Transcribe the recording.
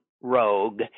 rogue